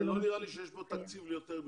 לא נראה לי שיש כאן תקציב ליותר מזה.